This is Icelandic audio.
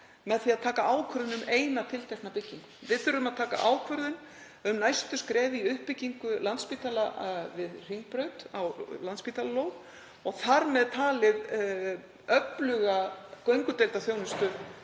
með því að taka ákvörðun um eina tiltekna byggingu. Við þurfum að taka ákvörðun um næstu skref í uppbyggingu Landspítala við Hringbraut á Landspítalalóð og þar með talið öfluga göngudeildarþjónustu